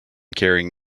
carrying